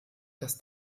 das